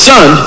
Son